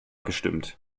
gestimmt